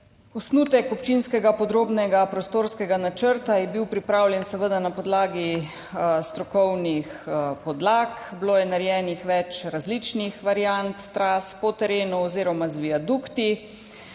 Osnutek občinskega podrobnega prostorskega načrta je bil pripravljen seveda na podlagi strokovnih podlag, bilo je narejenih več različnih variant tras po terenu oziroma z viadukti.